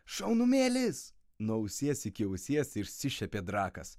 šaunumėlis nuo ausies iki ausies išsišiepė drakas